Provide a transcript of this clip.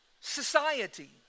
society